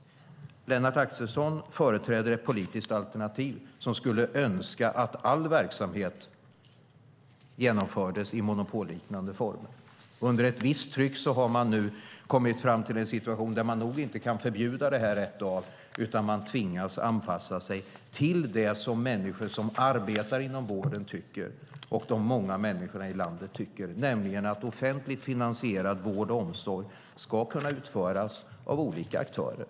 Lennart Axelsson företräder ett politiskt alternativ som skulle önska att all verksamhet genomfördes i monopolliknande former. Under visst tryck har man nu kommit fram till en situation där man nog inte kan förbjuda detta rakt av utan tvingas anpassa sig till det som människor som arbetar inom vården tycker, och det som många människor i landet tycker, nämligen att offentligt finansierad vård och omsorg ska kunna utföras av olika aktörer.